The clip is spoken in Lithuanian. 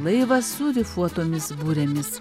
laivas su rifuotomis burėmis